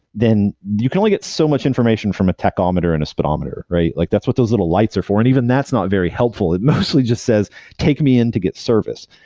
then you can only get so much information from a tachometer and a speedometer, right? like that's what those little lights are for and even that's not very helpful. it mostly just says take me in to get serviced,